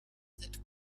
that